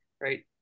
right